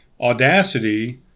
audacity